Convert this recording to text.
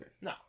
No